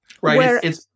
Right